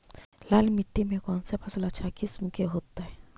लाल मिट्टी में कौन से फसल अच्छा किस्म के होतै?